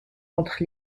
entre